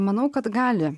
manau kad gali